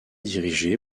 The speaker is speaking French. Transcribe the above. dirigé